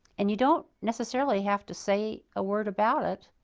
and you don't necessarily have to say a word about it.